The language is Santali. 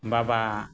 ᱵᱟᱵᱟ